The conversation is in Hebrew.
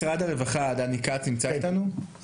משרד הרווחה, דני כץ, שלום.